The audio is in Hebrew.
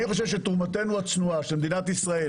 אני חושב שתרומתה הצנועה של מדינת ישראל,